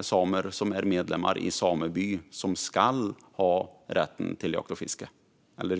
samer som är medlemmar i en sameby som ska ha rätten till jakt och fiske.